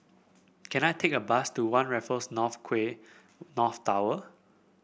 can I take a bus to One Raffles North Quay North Tower